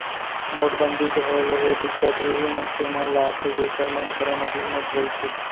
नोटबंदी के होय ले ए दिक्कत उहीं मनसे मन ल आथे जेखर मन करा नकली नोट रहिथे